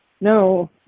No